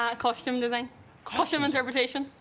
um costume design awesome interpretation.